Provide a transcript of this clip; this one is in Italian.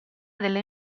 delle